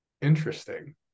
interesting